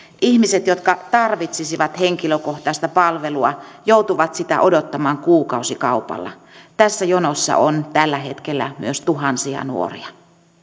ihmiset jotka tarvitsisivat henkilökohtaista palvelua joutuvat sitä odottamaan kuukausikaupalla tässä jonossa on tällä hetkellä myös tuhansia nuoria